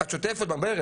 את שוטפת את זה בברז.